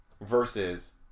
Versus